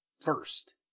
first